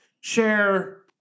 share